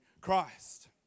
Christ